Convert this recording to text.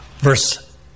Verse